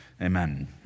Amen